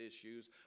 issues